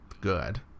good